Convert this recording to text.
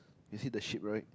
you see the sheep right